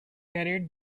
carried